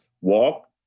walk